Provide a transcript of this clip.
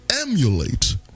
emulate